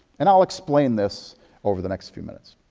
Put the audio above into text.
and i'll explain this over the next few minutes.